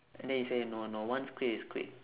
and then she say no no once quit is quit